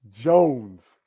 Jones